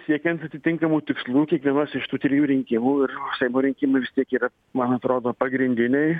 siekiant atitinkamų tikslų kiekvienos iš tų trijų rinkimų ir seimo rinkimų vis tiek yra man atrodo pagrindiniai